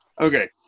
okay